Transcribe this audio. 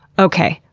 okay,